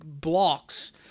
blocks